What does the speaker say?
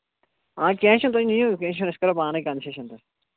آ کیٚنٛہہ چھُنہٕ تُہۍ نِیِو کیںٛہہ چھُنہٕ أسۍ کَرو پانَے کَنسیشَن